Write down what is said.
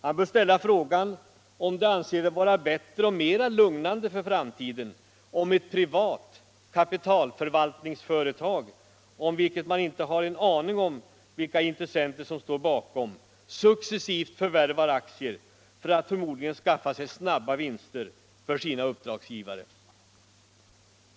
Han bör ställa frågan om de anser det vara bättre och mera lugnande för framtiden att ett privat kapitalförvaltningsföretag, där man inte har en aning om vilka intressen som står bakom, successivt förvärvar aktier för att förmodligen skaffa snabba vinster för sina uppdragsgivare.